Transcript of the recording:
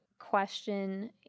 question